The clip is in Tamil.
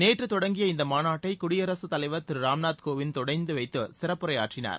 நேற்று தொடங்கிய இந்த மாநாட்டை குடியரசு தலைவர் திரு ராம்நாத் கோவிந்த் தொடங்கி வைத்து சிறப்புரையாற்றினார்